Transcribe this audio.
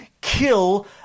kill